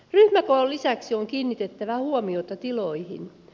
ryhmäkoon lisäksi on kiinnitettävä huomiota tiloihin